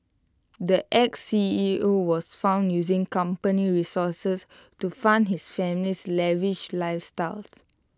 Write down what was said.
the Ex C E O was found using company resources to fund his family's lavish lifestyles